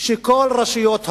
של כל רשויות התכנון,